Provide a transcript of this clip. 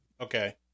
Okay